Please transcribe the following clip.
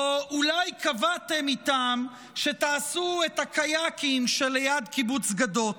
או אולי קבעתם איתם שתעשו את הקיאקים שליד קיבוץ גדות?